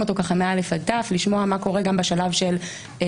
אותו מ-א עד ת' כדי לשמוע מה קורה גם בשלב של הפנייה